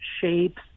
shapes